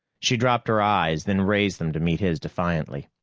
she dropped her eyes, then raised them to meet his defiantly.